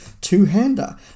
two-hander